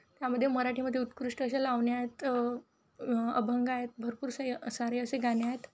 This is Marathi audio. त्यामध्ये मराठीमध्ये उत्कृष्ट अशा लावण्या आहेत अभंग आहेत भरपूर से सारे असे गाणे आहेत